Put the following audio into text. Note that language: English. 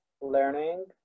learning